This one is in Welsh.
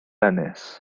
ynys